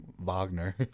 Wagner